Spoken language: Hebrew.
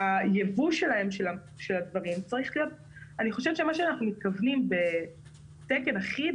אני חושבת שמה שאנחנו מתכוונים בתקן אחיד